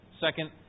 Second